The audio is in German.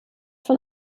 von